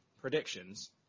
predictions